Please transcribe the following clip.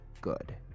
good